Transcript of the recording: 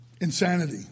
insanity